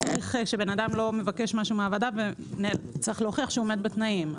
כשבן אדם לא מבקש משהו מהוועדה וצריך להוכיח שהוא עומד בתנאים.